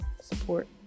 support